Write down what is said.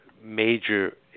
major